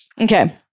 Okay